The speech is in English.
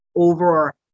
over